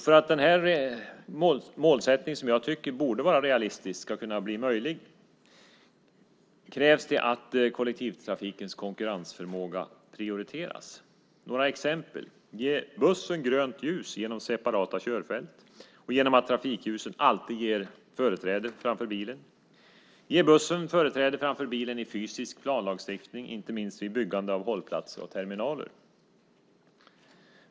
För att denna målsättning, som jag tycker borde vara realistiskt ska kunna bli möjlig, krävs att kollektivtrafikens konkurrensförmåga prioriteras. Jag ska ge några exempel: Ge bussen grönt ljus genom separata körfält och genom att trafikljusen alltid ger bussen företräde framför bilen. Ge bussen företräde framför bilen i fysisk planlagstiftning, inte minst vid byggande av hållplatser och terminaler.